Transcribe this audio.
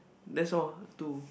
that's all to